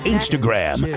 Instagram